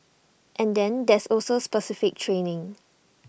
and then there's also specific training